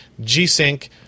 G-Sync